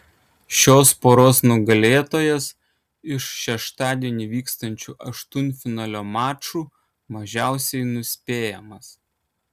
šios poros nugalėtojas iš šeštadienį vykstančių aštuntfinalio mačų mažiausiai nuspėjamas